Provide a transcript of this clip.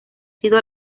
sido